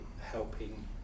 helping